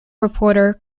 reporter